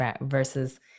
versus